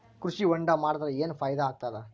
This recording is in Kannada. ಕೃಷಿ ಹೊಂಡಾ ಮಾಡದರ ಏನ್ ಫಾಯಿದಾ ಆಗತದ?